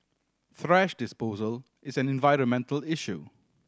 thrash disposal is an environmental issue